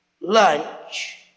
lunch